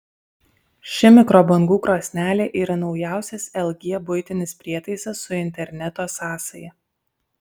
ši mikrobangų krosnelė yra naujausias lg buitinis prietaisas su interneto sąsaja